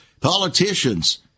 politicians